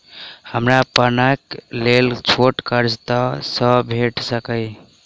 हमरा पाबैनक लेल छोट कर्ज कतऽ सँ भेटि सकैये?